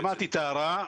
שמעתי את ההערה.